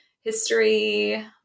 history